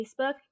Facebook